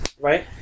right